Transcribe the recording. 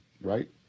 right